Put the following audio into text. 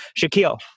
Shaquille